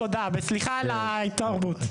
תודה וסליחה על ההתערבות.